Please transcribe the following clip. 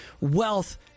wealth